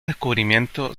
descubrimiento